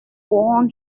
courant